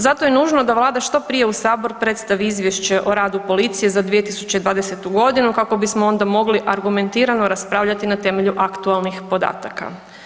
Zato je nužno da Vlada što prije u sabor predstavi izvješće o radu policije za 2020. godinu kako bismo onda mogli argumentirano raspravljati na temelju aktualnih podataka.